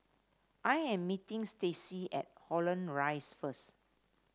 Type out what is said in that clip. I am meeting Stacie at Holland Rise first